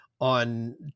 on